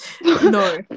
No